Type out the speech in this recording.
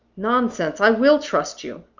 nonsense! i will trust you.